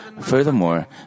Furthermore